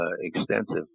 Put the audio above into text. extensive